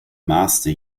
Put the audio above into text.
master